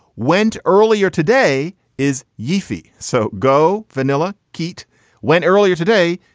went earlier today is yeah uefi. so go vanilla qite went earlier today.